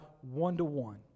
one-to-one